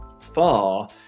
far